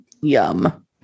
Yum